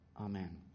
Amen